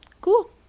cool